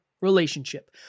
Relationship